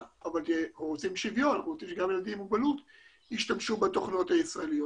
רוצים שוויון וגם שילדים עם מוגבלות ישתמשו בתוכנות הישראליות.